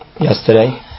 yesterday